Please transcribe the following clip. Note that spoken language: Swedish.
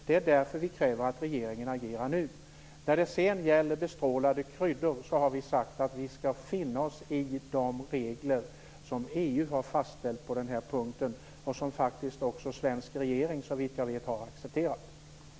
Det är därför vi kräver att regeringen agerar nu. Vi har sagt att vi skall finna oss i de regler som EU har fastställt när det gäller bestrålade kryddor. De reglerna har också, såvitt jag vet, den svenska regeringen accepterat.